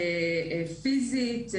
פיזית,